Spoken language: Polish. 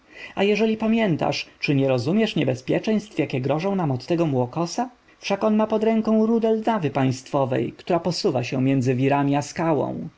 a jeżeli pamiętasz czy nie rozumiesz niebezpieczeństw jakie grożą nam od tego młokosa wszak on ma pod ręką wiosło nawy państwowej która posuwa się między wirami i skałą